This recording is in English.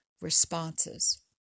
responses